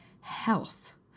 health